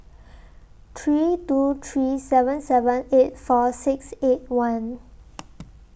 three two three seven seven eight four six eight one